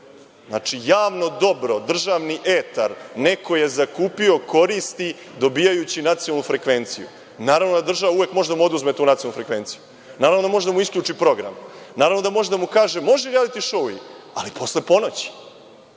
Znači, javno dobro, državni etar, neko je zakupio, koristi, dobijajući nacionalnu frekvenciju. Naravno da država može uvek da mu oduzme tu nacionalnu frekvenciju. Naravno da može da mu isključi program. Naravno da može da mu kaže – može rijaliti šou programi, ali posle ponoći.